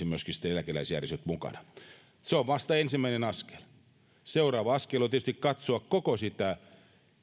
myöskin eläkeläisjärjestöt mukana se on vasta ensimmäinen askel seuraava askel on tietysti katsoa koko sitä